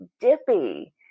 dippy